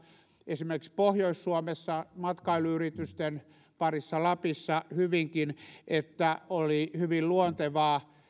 esimerkiksi pohjois suomessa matkailuyritysten parissa lapissa hyvinkin että oli hyvin luontevaa